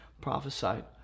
prophesied